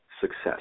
success